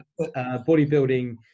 bodybuilding